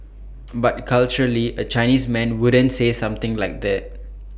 but culturally A Chinese man wouldn't say something like that